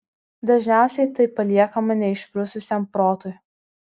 dažniausiai tai paliekama neišprususiam protui